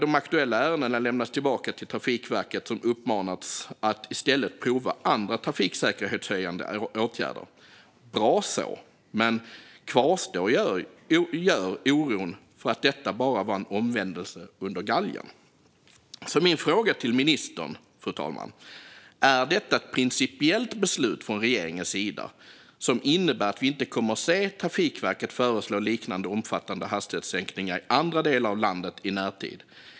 De aktuella ärendena har lämnats tillbaka till Trafikverket, som uppmanats att i stället prova andra trafiksäkerhetshöjande åtgärder. Bra så - men oron kvarstår för att detta bara var en omvändelse under galgen. Min fråga till ministern, fru talman, är: Är detta ett principiellt beslut från regeringens sida, som innebär att vi inte kommer att se Trafikverket föreslå liknande omfattande hastighetssänkningar i andra delar av landet i närtid?